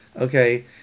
okay